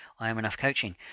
IamEnoughCoaching